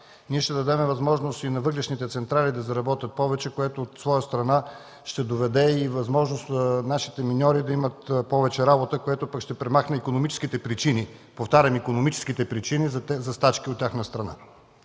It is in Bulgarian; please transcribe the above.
ние ще дадем възможност и на въглищните централи да заработят повече, което от своя страна ще даде възможност на нашите миньори да имат повече работа, което пък ще премахне икономическите причини, повтарям – икономическите причини за стачки от тяхна страна.